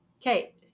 Okay